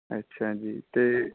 ਅੱਛਾ ਜੀ ਤੇ